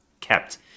kept